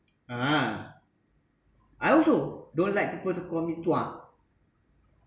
ah I also don't like people to call me tua